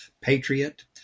Patriot